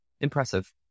impressive